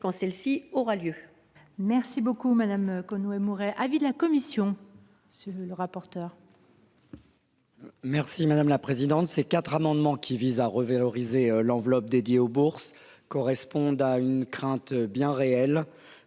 quand celle ci aura lieu.